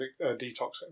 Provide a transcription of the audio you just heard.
detoxing